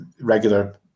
regular